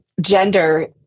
gender